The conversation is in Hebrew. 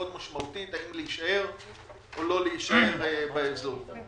דיון מהיר בנושא: "הארכת הוראת השעה למתן הטבות מס ליישובי הפריפריה".